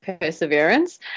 perseverance